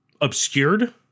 obscured